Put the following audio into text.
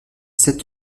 sept